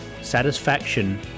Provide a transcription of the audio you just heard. Satisfaction